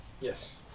Yes